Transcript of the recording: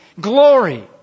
glory